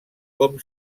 com